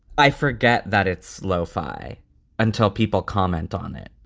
i forget that it's lo fi until people comment on it.